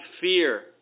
fear